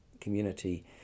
community